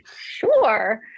sure